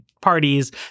parties